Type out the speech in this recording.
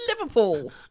Liverpool